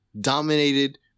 dominated